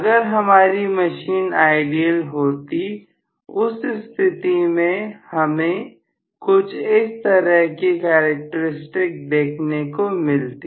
अगर हमारी machine ideal होती उस स्थिति में हमें कुछ इस तरह की कैरेक्टरिस्टिक देखने को मिलती